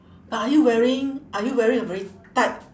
but are you wearing are you wearing a very tight